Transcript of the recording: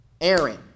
Aaron